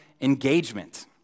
engagement